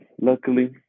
luckily